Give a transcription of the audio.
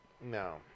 No